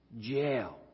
jail